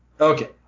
Okay